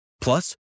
Plus